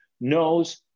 knows